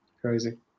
crazy